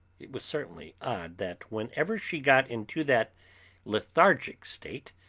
it was certainly odd that whenever she got into that lethargic state,